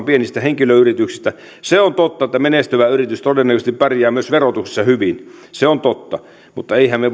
pienistä henkilöyrityksistä se on totta että menestyvä yritys todennäköisesti pärjää myös verotuksessa hyvin se on totta mutta emmehän me